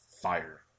fire